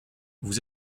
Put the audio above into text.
vous